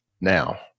now